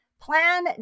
Plan